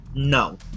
No